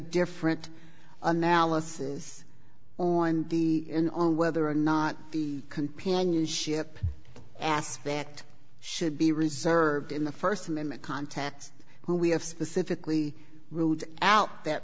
different analysis on the in on whether or not the companionship aspect should be reserved in the st amendment context who we have specifically ruled out that